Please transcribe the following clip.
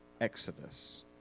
Exodus